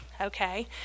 okay